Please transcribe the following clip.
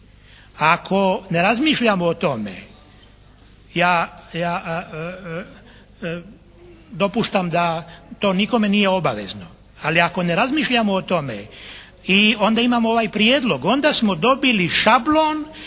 Ako ne razmišljamo o tome, ja dopuštam da to nikome nije obavezno ali, ako ne razmišljamo o tome i onda imamo ovaj prijedlog, onda smo dobili šablon